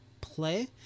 play